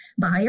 buyer